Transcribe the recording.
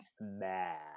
mad